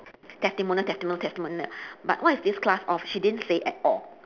testimonial testimonial testimonial but what is this class of she didn't say at all